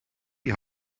die